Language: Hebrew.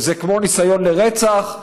שזה כמו ניסיון לרצח,